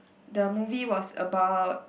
the movie was about